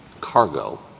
cargo